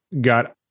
got